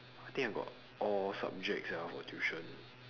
I think I got all subjects ya for tuition